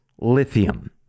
lithium